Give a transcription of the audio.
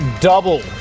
double